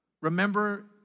remember